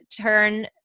turn